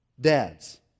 Dads